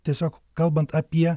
tiesiog kalbant apie